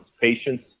patience